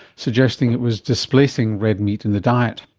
suggesting it was displacing red meat in the diet.